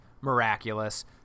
miraculous